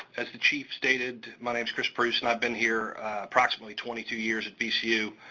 as the chief stated, my name is chris preuss, and i've been here approximately twenty two years at vcu.